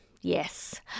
Yes